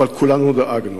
אבל כולנו דאגנו.